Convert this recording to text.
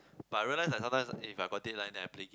but I realised that sometimes if I got this line then I blink